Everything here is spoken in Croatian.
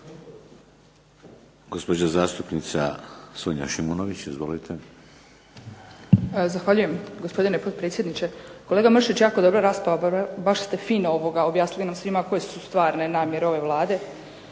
Gospođa zastupnica Sonja Šimunović. Izvolite.